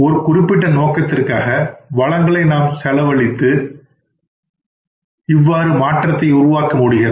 ஒரு குறிப்பிட்ட நோக்கத்திற்காக வளங்களை நாம் செலவழிக்கின்றன பொழுது இவ்வாறு மாற்றத்தை உருவாக்க முடிகிறது